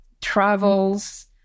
travels